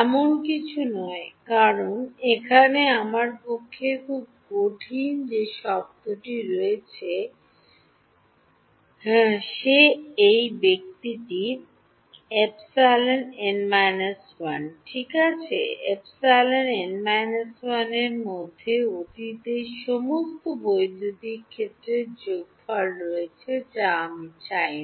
এমন কিছু নয় কারণ এখানে আমার পক্ষে খুব কঠিন যে শব্দটিটি রয়েছে সে এই ব্যক্তিটি Ψ n−1 ডান Ψ n−1 এর মধ্যে অতীতের সমস্ত বৈদ্যুতিক ক্ষেত্রের যোগফল রয়েছে যা আমি চাই না